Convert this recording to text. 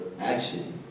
action